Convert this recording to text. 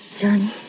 Johnny